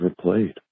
played